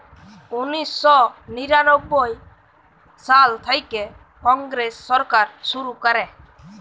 উনিশ শ নিরানব্বই সাল থ্যাইকে কংগ্রেস সরকার শুরু ক্যরে